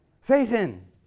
Satan